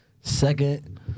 Second